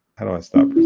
how do i stop